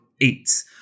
eight